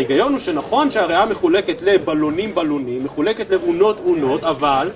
ההיגיון הוא שנכון שהריאה מחולקת לבלונים-בלונים, מחולקת לאונות-אונות, אבל